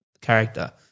character